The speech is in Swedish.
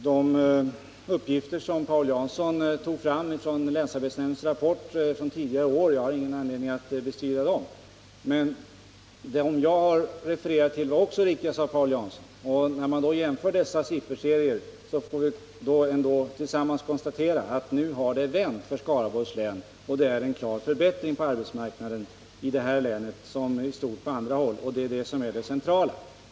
De uppgifter som Paul Jansson tog fram ur länsarbetsnämndens rapport från tidigare år har jag ingen anledning att bestrida. Men de uppgifter jag refererade var också riktiga, sade Paul Jansson. När vi då jämför dessa sifferserier får vi tillsammans konstatera att det nu har vänt för Skaraborgs län. Det är en klar förbättring på arbetsmarknaden i detta län, liksom i stort på andra håll, och det är det som är det centrala.